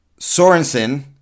Sorensen